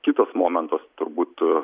kitas momentas turbūt